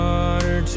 Water